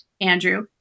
Andrew